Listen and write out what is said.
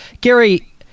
Gary